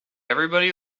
everybody